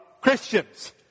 Christians